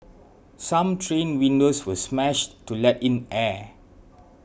some train windows were smashed to let in air